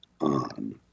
on